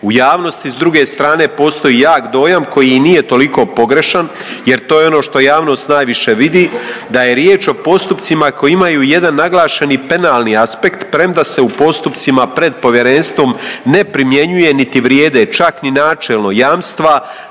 U javnosti s druge strane postoji jak dojam koji i nije toliko pogrešan, jer to je ono što javnost najviše vidi da je riječ o postupcima koji imaju jedan naglašeni penalni aspekt premda se u postupcima pred povjerenstvom ne primjenjuje niti vrijede, čak ni načelno jamstva